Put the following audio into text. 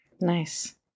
Nice